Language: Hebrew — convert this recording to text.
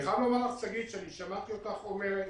שגית, אני חייב לומר לך שאני שמעתי אותך אומרת